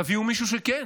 תביאו מישהו שכן.